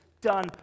done